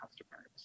customers